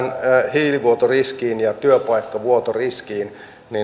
hiilivuotoriskiin ja työpaikkavuotoriskiin